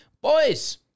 Boys